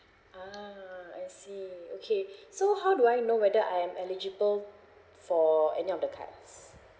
ah I see okay so how do I know whether I'm eligible for any of the cards